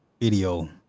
video